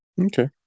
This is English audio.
Okay